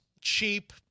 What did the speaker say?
Cheap